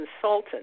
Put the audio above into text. consultant